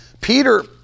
Peter